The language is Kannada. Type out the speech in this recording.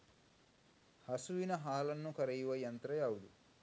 ಹಸುವಿನ ಹಾಲನ್ನು ಕರೆಯುವ ಯಂತ್ರ ಯಾವುದು?